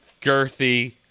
girthy